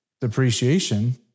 depreciation